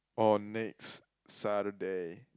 on next Saturday